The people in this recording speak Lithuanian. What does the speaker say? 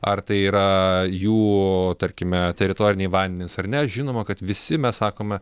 ar tai yra jų tarkime teritoriniai vandenys ar ne žinoma kad visi mes sakome